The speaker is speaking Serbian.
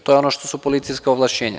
To je ono što su policijska ovlašćenja.